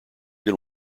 than